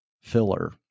filler